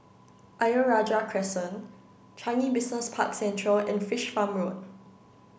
Ayer Rajah Crescent Changi Business Park Central and Fish Farm Road